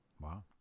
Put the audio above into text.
Wow